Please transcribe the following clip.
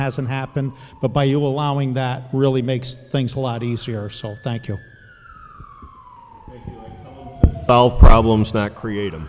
hasn't happened but by you allowing that really makes things a lot easier so thank you both problems that creat